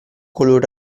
color